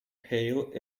pale